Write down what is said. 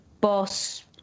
Boss